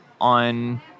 on